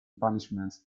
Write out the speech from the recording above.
punishments